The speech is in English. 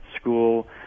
school